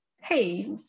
hey